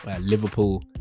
Liverpool